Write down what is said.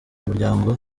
muryango